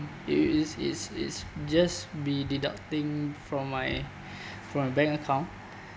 it's it's it's just be deducting from my from my bank account